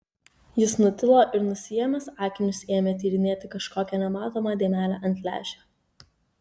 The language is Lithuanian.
jis nutilo ir nusiėmęs akinius ėmė tyrinėti kažkokią nematomą dėmelę ant lęšio